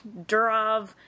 Durov